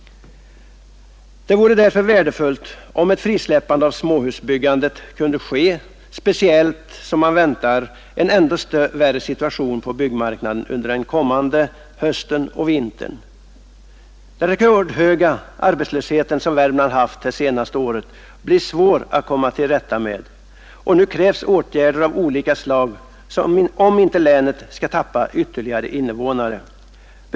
Det vore därför värdefullt om ett frisläppande av småhusbyggandet kunde ske, speciellt som man väntar en ännu värre situation på byggnadsmarknaden under den kommande hösten och vintern. Den rekordhöga arbetslöshet som Värmland haft det senaste året blir svår att komma till rätta med, och nu krävs åtgärder av olika slag om inte länet skall tappa ytterligare invånare.